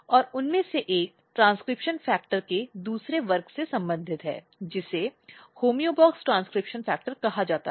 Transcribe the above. और उनमें से एक ट्रांसक्रिप्शन फैक्टर के दूसरे वर्ग से संबंधित है जिसे होमोबॉक्स ट्रांसक्रिप्शन फैक्टर कहा जाता है